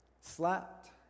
Slapped